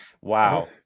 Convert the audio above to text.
Wow